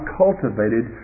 cultivated